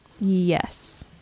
Yes